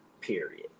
period